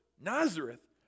Nazareth